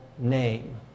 Name